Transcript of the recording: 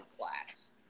class